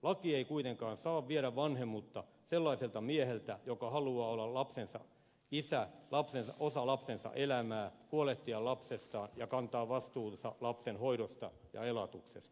laki ei kuitenkaan saa viedä vanhemmuutta sellaiselta mieheltä joka haluaa olla lapsensa isä osa lapsensa elämää huolehtia lapsestaan ja kantaa vastuunsa lapsen hoidosta ja elatuksesta